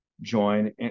join